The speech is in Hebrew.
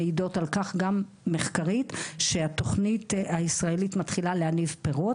מעידות על כך גם מחקרית שהתכנית הישראלית מתחילה להניב פירות,